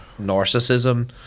narcissism